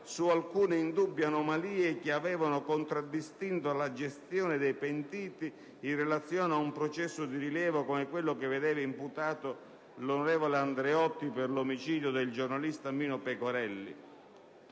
su alcune indubbie anomalie che avevano contraddistinto la gestione dei pentiti in relazione ad un processo di rilievo, come quello che vedeva imputato l'onorevole Andreotti per l'omicidio del giornalista Mino Pecorelli».